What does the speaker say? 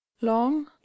long